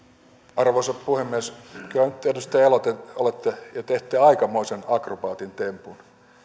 arvoisa puhemies kyllä nyt edustaja elo te teette aikamoisen akrobaatin tempun